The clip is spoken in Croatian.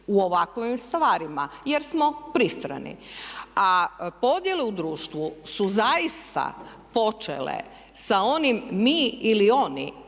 u ovakvim stvarima jer smo pristrani. A podjele u društvu su zaista počele sa onim mi ili oni